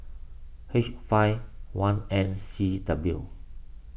H five one N C W